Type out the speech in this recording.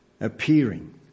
appearing